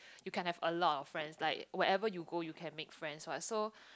you can have a lot of friends like wherever you go you can make friends what so